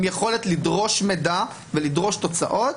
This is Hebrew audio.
עם יכולת לדרוש מידע ולדרוש תוצאות,